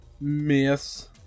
Miss